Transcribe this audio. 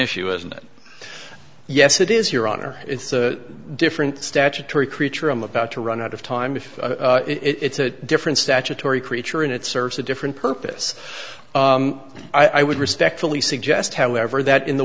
issue isn't it yes it is your honor it's the different statutory creature i'm about to run out of time if it's a different statutory creature and it serves a different purpose i would respectfully suggest however that in the